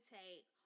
take